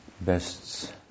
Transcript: bests